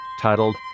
titled